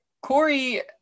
Corey